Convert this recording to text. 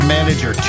Manager